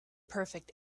perfect